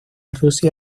rusia